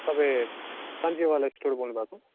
तपाईँ कान्जिवाला स्टोर बोल्नुभएको